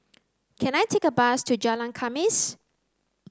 can I take a bus to Jalan Khamis